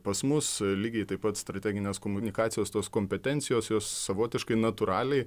pas mus lygiai taip pat strateginės komunikacijos tos kompetencijos jos savotiškai natūraliai